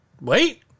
wait